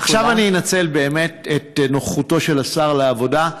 עכשיו אני אנצל באמת את נוכחותו של השר לעבודה.